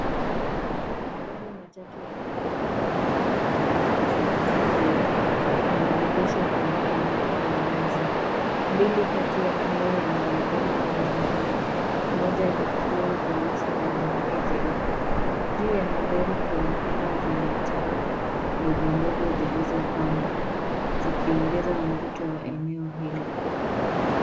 Magari matatu ya kifahari aina ya Mercedes Benz G yameegeshwa kwenye eneo la wazi. Mbili kati ya hayo yanaonekana wazi mbele, moja likiwa jeusi na lingine jeupe. Juu ya magari kuna kamba zenye taa ndogo ndogo zilizopambwa zikiongeza mvuto wa eneo hilo.